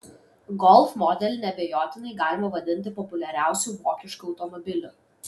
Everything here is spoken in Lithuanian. golf modelį neabejotinai galima vadinti populiariausiu vokišku automobiliu